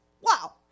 Wow